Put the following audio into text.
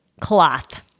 cloth